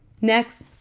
Next